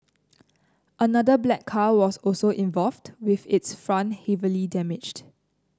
another black car was also involved with its front heavily damaged